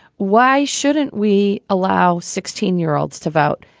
why shouldn't we allow sixteen year olds to vote?